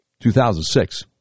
2006